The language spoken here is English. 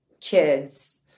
kids